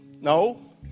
No